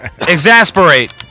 Exasperate